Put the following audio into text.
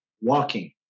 walking